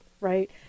right